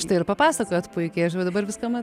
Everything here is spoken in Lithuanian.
štai ir papasakojot puikiai aš va dabar viską